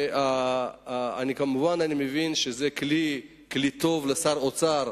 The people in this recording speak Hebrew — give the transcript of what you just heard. אני מבין שזה כלי טוב לשר האוצר,